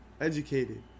educated